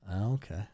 Okay